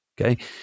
Okay